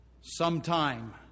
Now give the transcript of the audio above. sometime